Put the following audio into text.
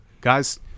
Guys